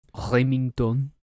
Remington